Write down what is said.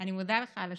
אני מודה לך על השאלה.